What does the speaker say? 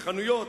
בחנויות.